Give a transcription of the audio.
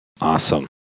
Awesome